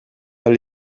ahal